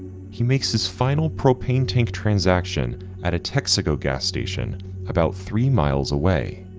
he makes his final propane tank transaction at a texico gas station about three miles away.